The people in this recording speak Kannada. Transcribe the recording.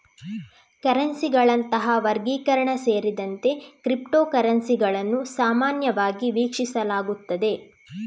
ಕರೆನ್ಸಿಗಳಂತಹ ವರ್ಗೀಕರಣ ಸೇರಿದಂತೆ ಕ್ರಿಪ್ಟೋ ಕರೆನ್ಸಿಗಳನ್ನು ಸಾಮಾನ್ಯವಾಗಿ ವೀಕ್ಷಿಸಲಾಗುತ್ತದೆ